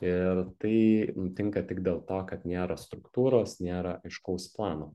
ir tai nutinka tik dėl to kad nėra struktūros nėra aiškaus plano